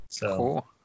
Cool